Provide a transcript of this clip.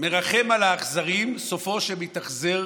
"מרחם על האכזרים סופו שמתאכזר